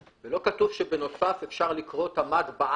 ולא כתוב שבנוסף אפשר לקרוא את המד בעין.